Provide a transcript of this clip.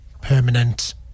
permanent